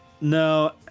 No